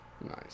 Nice